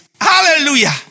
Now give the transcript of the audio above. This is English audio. Hallelujah